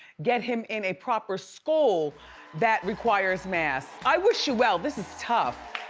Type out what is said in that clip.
get him in a proper school that requires masks. i wish you well, this is tough.